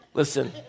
Listen